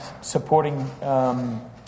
supporting